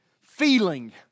feeling